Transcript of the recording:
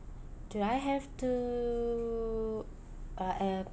do I have to uh